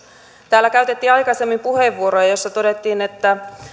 täällä käytettiin aikaisemmin puheenvuoroja joissa todettiin että